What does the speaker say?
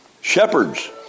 shepherds